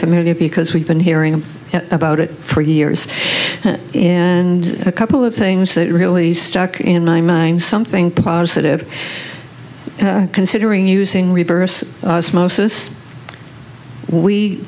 familiar because we've been hearing about it for years and a couple of things that really stuck in my mind something positive considering using reverse osmosis we